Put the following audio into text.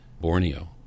Borneo